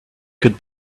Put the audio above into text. could